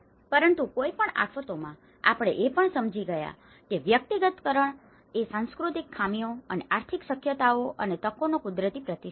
પરંતુ કોઈપણ આફતોમાં આપણે એ પણ સમજી ગયા છે કે વ્યક્તિગતકરણ વ્યક્તિગતકરણ એ સાંસ્કૃતિક ખામીઓ અને આર્થિક શક્યતાઓ અને તકોનો કુદરતી પ્રતિસાદ છે